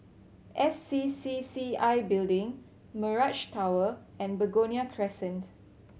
S C C C I Building Mirage Tower and Begonia Crescent